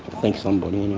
thank somebody anyway.